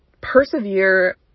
persevere